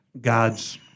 God's